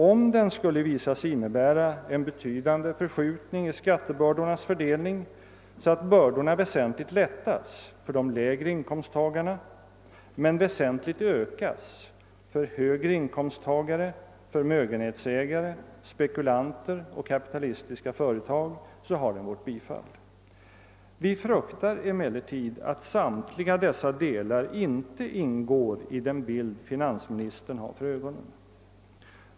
Om den skulle visa sig innebära en betydande förskjutning i skattebördornas fördelning, så att bördorna väsentligt lättas för de lägre inkomsttagarna men väsentligt ökas för högre inkomsttagare, förmögenhetsägare, spekulanter och kapitalistiska företag, så har den vårt bifall. Vi fruktar emellertid att samtliga dessa delar inte ingår i den bild finansministern har för ögonen.